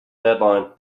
deadline